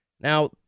Now